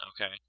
Okay